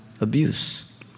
abuse